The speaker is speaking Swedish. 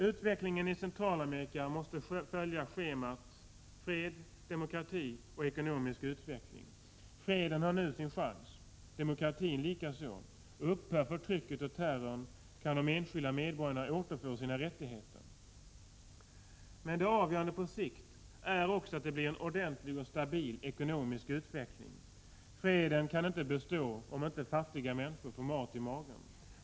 Utvecklingen i Centralamerika måste följa schemat fred, demokrati och ekonomisk utveckling. Freden har nu sin chans, demokratin likaså. Upphör förtrycket och terrorn kan de enskilda medborgarna återfå sina rättigheter. Men det avgörande på sikt är också att det blir en ordentlig och stabil ekonomisk utveckling. Freden kan inte bestå om inte fattiga människor får mat i magen.